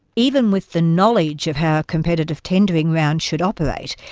even with the knowledge of how a competitive tendering round should operate,